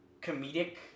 comedic